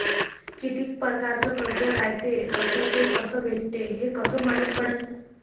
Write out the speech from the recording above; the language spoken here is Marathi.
कितीक परकारचं कर्ज रायते अस ते कस भेटते, हे कस मालूम पडनं?